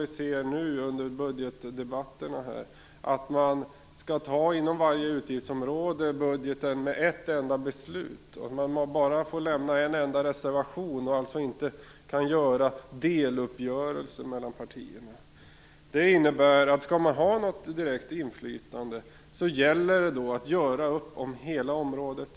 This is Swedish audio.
Vi ser under budgetdebatterna att man inom varje utgiftsområde skall anta hela budgetförslaget med ett enda beslut. Man får bara lämna en enda reservation och kan inte göra deluppgörelser mellan partierna. Skall man ha något direkt inflytande gäller det att göra upp om hela området.